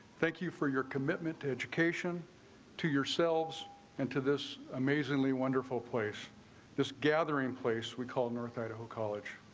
thank you for your commitment to education to yourselves and to this amazingly wonderful place this gathering place we call north idaho college.